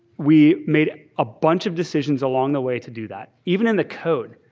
we made a bunch of decisions along the way to do that. even in the code,